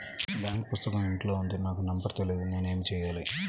Bank పుస్తకం ఇంట్లో ఉంది నాకు నంబర్ తెలియదు నేను ఏమి చెయ్యాలి?